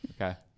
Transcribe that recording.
Okay